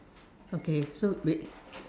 okay so wait